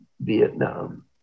Vietnam